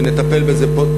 ונטפל בזה פה,